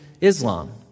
Islam